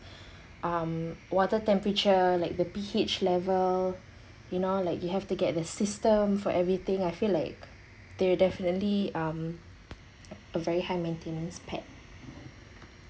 um water temperature like the P_H level you know like you have to get the system for everything I feel like they're definitely um a very high maintenance pet